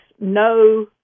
no